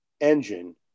engine